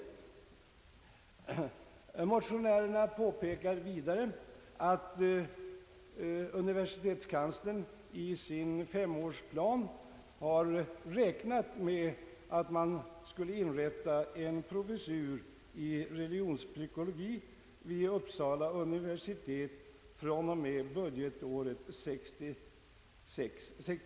Motionärerna framhåller vidare att universitetskanslern i sin femårsplan har räknat med att man fr.o.m. budgetåret 1967/68 skulle inrätta en professur i religionspsykologi vid Uppsala universitet.